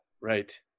right